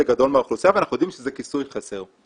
גדול מהאוכלוסייה ואנחנו יודעים שזה כיסוי חסר.